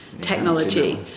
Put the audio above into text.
Technology